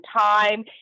time